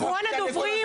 אחרון הדוברים.